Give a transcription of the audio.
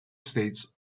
states